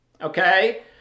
Okay